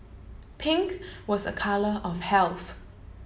pink was a colour of health